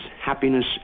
Happiness